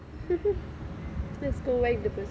let's go light the